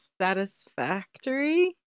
satisfactory